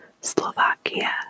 Slovakia